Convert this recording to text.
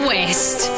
West